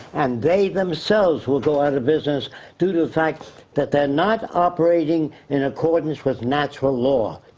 and they themselves will go out of business due to the fact that they are not operating in accordance with natural law.